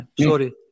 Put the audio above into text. Sorry